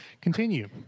Continue